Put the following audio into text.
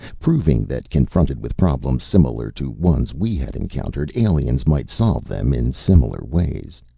proving that, confronted with problems similar to ones we had encountered, aliens might solve them in similar ways.